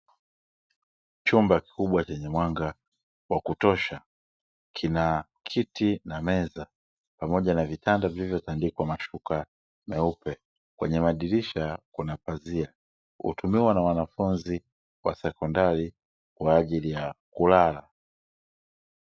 Chumba kikubwa chenye mwanga wa kutosha, kina kiti na meza pamoja na vitanda vilivyotandikwa mashuka meupe, kwenye madirisha kuna pazia hutumiwa na wanafunzi wa sekondari kwa ajili ya kulala.